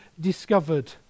discovered